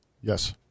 Yes